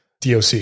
DOC